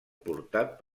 portat